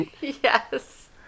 yes